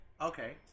Okay